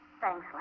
Thanks